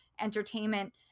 entertainment